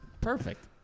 Perfect